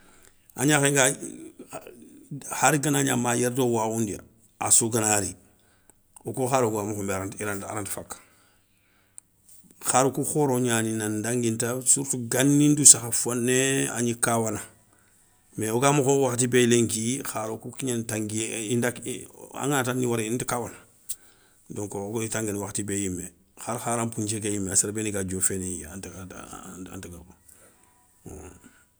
An gnakhe ngaa yeyi hari gana gna ma yéré do waoundéya assou ganari, wokou kharo kou ga mokho nbé aranta, i ranta faka, kharoukou khoro gnani nan danguinta surtout ganin ndou sakha foné, a gni kawana, mé woga mokhobé wakhati béy lenki kharou kou kigné tanguiyé indak angana ta ni wara inta kawana. Donk wogagni tanguini wakhati bé yimé hari khara npounthié ké yimé, séré béni ga dioféni, anta gobono.